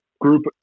group